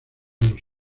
los